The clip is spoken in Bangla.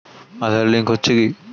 আঁধার লিঙ্ক হচ্ছে কি?